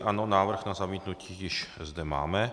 Ano, návrh na zamítnutí již zde máme.